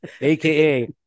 aka